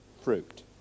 fruit